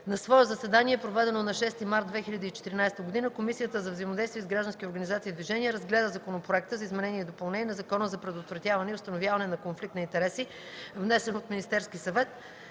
На свое заседание, проведено на 6 март 2014 г., Комисията за взаимодействие с граждански организации и движения разгледа Законопроекта за изменение и допълнение на Закона за предотвратяване и установяване на конфликт на интереси, внесен от Министерския съвет.